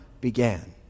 began